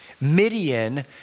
Midian